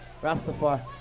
Rastafari